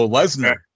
Lesnar